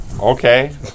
Okay